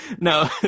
No